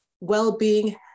well-being